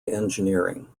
engineering